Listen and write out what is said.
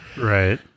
Right